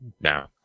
No